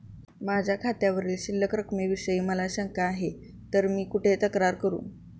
माझ्या खात्यावरील शिल्लक रकमेविषयी मला शंका आहे तर मी कुठे तक्रार करू?